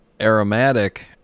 aromatic